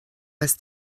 was